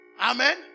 Amen